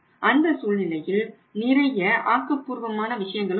அந்த சூழ்நிலையில் நிறைய ஆக்கப்பூர்வமான விஷயங்களும் உள்ளன